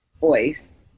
voice